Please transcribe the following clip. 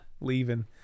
leaving